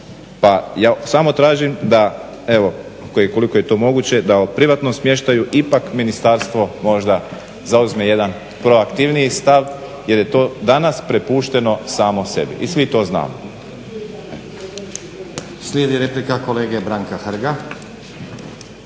pa ja samo tražim da ukoliko je to moguće da o privatnom smještaju ipak Ministarstvo možda zauzme jedan proaktivniji stav jer je to danas prepušteno samo sebi i svi to znamo. **Stazić, Nenad (SDP)** Slijedi replika kolege Branka Hrga.